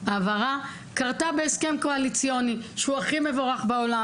העברה - קרתה בהסכם קואליציוני שהוא הכי מבורך בעולם.